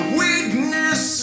weakness